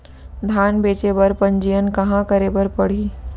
धान बेचे बर पंजीयन कहाँ करे बर पड़ही?